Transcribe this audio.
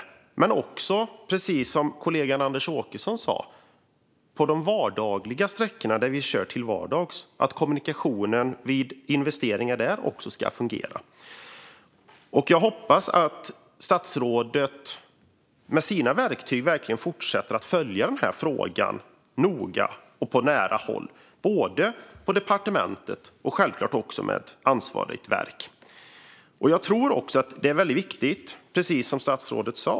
Men det gäller också, precis som kollegan Anders Åkesson sa, för de sträckor där vi kör till vardags att kommunikationen om investeringarna ska fungera. Jag hoppas att statsrådet med sina verktyg verkligen fortsätter att följa frågan noga på nära håll både på departementet och självklart också med ansvarigt verk. Det är väldigt viktigt, precis som statsrådet sa.